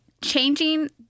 Changing